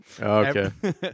Okay